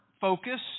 focus